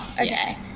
Okay